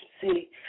See